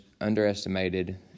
underestimated